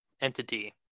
entity